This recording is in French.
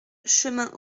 chemin